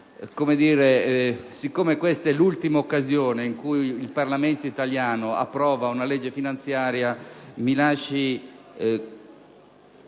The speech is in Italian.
siccome questa è l'ultima occasione in cui il Parlamento italiano approva una legge finanziaria, mi lasci